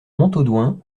montaudoin